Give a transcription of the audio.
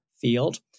field